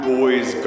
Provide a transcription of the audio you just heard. Boys